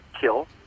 kill